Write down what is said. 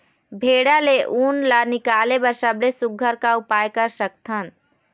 भेड़ा ले उन ला निकाले बर सबले सुघ्घर का उपाय कर सकथन?